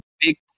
big